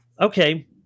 okay